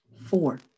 Four